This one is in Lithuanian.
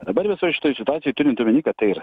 o dabar visoj šitoj situacijoj turint omenyj kad tai ir